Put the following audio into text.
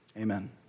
Amen